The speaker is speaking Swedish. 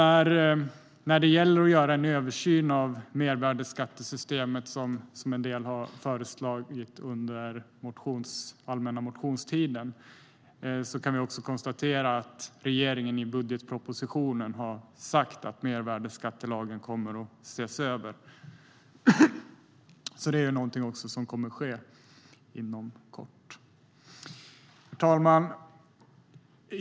När det gäller att göra en översyn av mervärdesskattesystemet, som en del har föreslagit under allmänna motionstiden, kan vi konstatera att regeringen i budgetpropositionen har sagt att mervärdesskattelagen kommer att ses över. Det är någonting som kommer att ske inom kort. Herr talman!